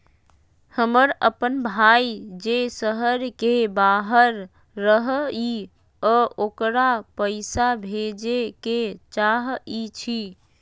हमर अपन भाई जे शहर के बाहर रहई अ ओकरा पइसा भेजे के चाहई छी